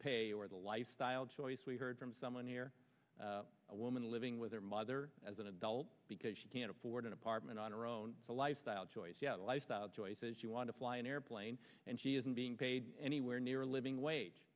pay or the lifestyle choice we heard from someone here a woman living with her mother as an adult because she can't afford an apartment on her own a lifestyle choice yet lifestyle choices she want to fly an airplane and she isn't being paid anywhere near a living wage